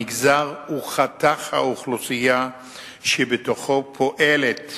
המגזר או חתך האוכלוסייה שבתוכו פועל אותו